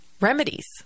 remedies